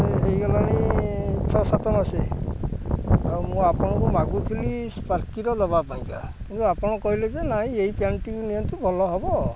ହୋଇଗଲାଣି ଛଅ ସାତ ମାସେ ଆଉ ମୁଁ ଆପଣଙ୍କୁ ମାଗୁଥିଲି ସ୍ପାର୍କିର ଦେବା ପାଇଁକା କିନ୍ତୁ ଆପଣ କହିଲେ ଯେ ନାଇଁ ଏଇ ପ୍ୟାଣ୍ଟଟି ନିଅନ୍ତୁ ଭଲ ହେବ